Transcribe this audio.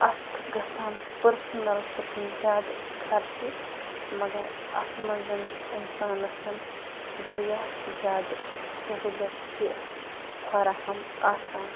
اَتھ گژھان پٔرسٕنَلَس پٮ۪ٹھ چھِنہٕ زیادٕ خَرچہٕ مگر اَتھ منٛز چھِ اِنسانَس واریاہ زیادٕ سہوٗلیت تہِ فَراہَم آسان